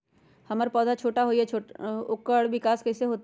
हमर पौधा छोटा छोटा होईया ओकर विकास कईसे होतई?